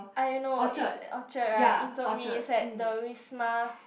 I don't know is at Orchard [right] you told me is at the Wisma